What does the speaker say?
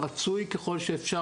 רצוי ככל שאפשר,